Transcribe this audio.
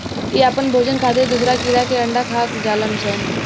इ आपन भोजन खातिर दोसरा कीड़ा के अंडा खा जालऽ सन